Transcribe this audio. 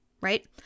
right